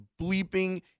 bleeping